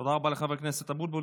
תודה רבה לחבר הכנסת אבוטבול.